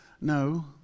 No